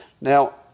Now